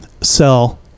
sell